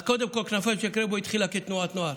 אז קודם כול, כנפיים של קרמבו התחילה כתנועת נוער,